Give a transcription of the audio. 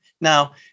Now